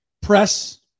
press